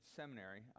seminary